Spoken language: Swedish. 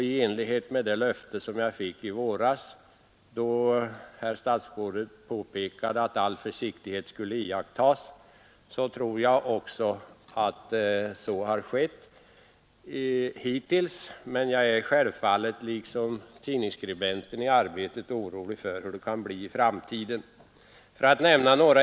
I enlighet med det löfte som jag fick i våras, då herr statsrådet påpekade att all försiktighet skulle iakttas, har väl så skett hittills, men jag är självfallet liksom tidningsskribenten i Arbetet orolig för hur det skall bli i framtiden.